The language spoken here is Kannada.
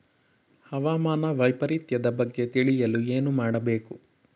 ಹವಾಮಾನ ವೈಪರಿತ್ಯದ ಬಗ್ಗೆ ತಿಳಿಯಲು ಏನು ಮಾಡಬೇಕು?